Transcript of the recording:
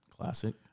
Classic